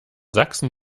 sachsen